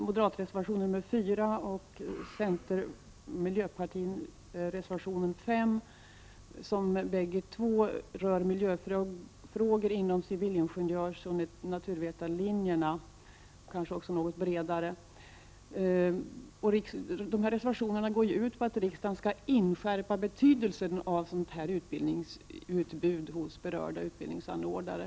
Moderatreservationen 4 och c-mp-reservationen 5 rör miljöfrågor inom civilingenjörsoch naturvetarlinjerna. Reservationerna går ut på att riksdagen skall inskärpa betydelsen av sådant utbildningsutbud hos berörda utbildningsanordnare.